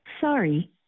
Sorry